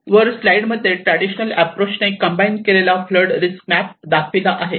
वर स्लाइड मध्ये traditional approach ने कंबाईन केलेला फ्लड रिस्क मॅप दाखविला आहे